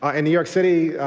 ah in new york city,